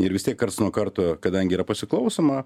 ir vis tiek karts nuo karto kadangi yra pasiklausoma